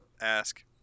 ask